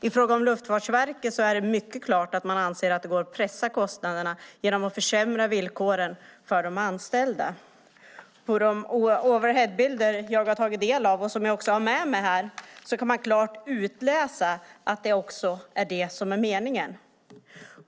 I fråga om Luftfartsverket är det mycket klart att man anser att det går att pressa kostnaderna genom att försämra villkoren för de anställda. På de overheadbilder jag har tagit del av och som jag också har med mig här kan man klart utläsa att det också är det som är meningen.